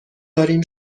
داریم